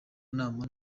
nama